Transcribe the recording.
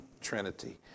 Trinity